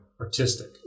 artistic